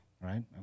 Right